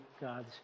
God's